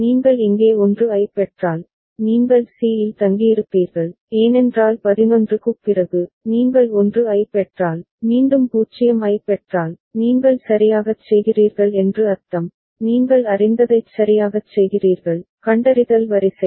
நீங்கள் இங்கே 1 ஐப் பெற்றால் நீங்கள் c இல் தங்கியிருப்பீர்கள் ஏனென்றால் 11 க்குப் பிறகு நீங்கள் 1 ஐப் பெற்றால் மீண்டும் 0 ஐப் பெற்றால் நீங்கள் சரியாகச் செய்கிறீர்கள் என்று அர்த்தம் நீங்கள் அறிந்ததைச் சரியாகச் செய்கிறீர்கள் கண்டறிதல் வரிசை